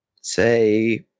say